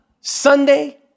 Sunday